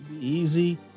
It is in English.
easy